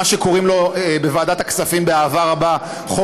מה שקוראים לו בוועדת הכספים באהבה רבה "חוק